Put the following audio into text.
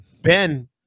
Ben